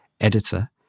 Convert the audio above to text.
editor